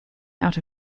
out